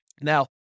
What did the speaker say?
Now